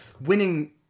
winning